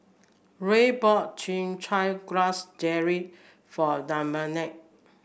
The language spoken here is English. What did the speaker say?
Rey bought Chin Chow Grass Jelly for Dominick